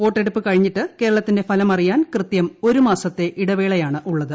വോട്ടെടുപ്പ് കഴിഞ്ഞിട്ട് കേരളത്തിന്റെ ഫലം അറിയാൻ കൃത്യം ഒരു മാസത്തെ ഇടവേളയാണുള്ളത്